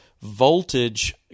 voltage